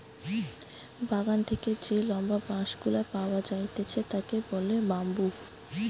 বাগান থেকে যে লম্বা বাঁশ গুলা পাওয়া যাইতেছে তাকে বলে বাম্বু